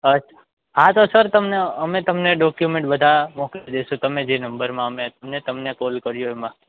અચ્છા હા તો સર તમને અમે તમને ડોક્યુમેન્ટ બધા મોકલી દઇશું તમે જે નંબરમાં અમે મેં તમને કોલ કર્યો એમાં